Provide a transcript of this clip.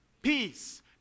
Peace